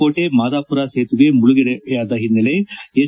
ಕೋಟೆ ಮಾದಾಪುರ ಸೇತುವೆ ಮುಳುಗಡೆಯಾದ ಓನ್ನೆಲೆ ಎಚ್